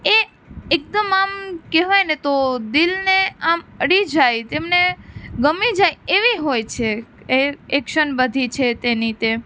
એ એકદમ આમ કહેવાયને તો દીલને આમ અડી જાય તેમને ગમી જાય એવી હોય છે એ એક્શન બધી છે તેની તે